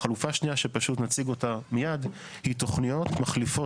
החלופה השנייה שפשוט נציג אותה מייד היא תוכניות מחליפות